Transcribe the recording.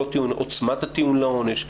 עוצמת הטיעון לעונש,